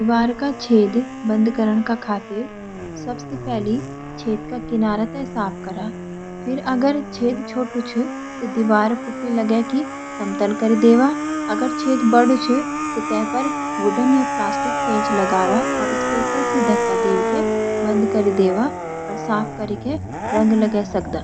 दीवार का छेद ते बंद करण का खातिर सब सी पेली छेद का किनारो ते साफ करा। फिर अगर छेद छोटू तब दीवार पुट्टी लगे कि समतल करी देवा। अगर छेद बदु चा टैब वी पर वुडन या प्लास्टिक पेच लगावा और स्पेकल सी धकी देवा। आर साफ कारिक रंग लगे सकदा।